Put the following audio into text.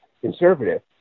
conservative